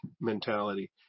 mentality